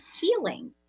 healing